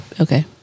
Okay